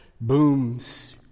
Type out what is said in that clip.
booms